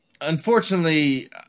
unfortunately